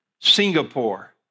Singapore